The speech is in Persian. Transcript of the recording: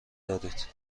دارید